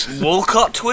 Walcott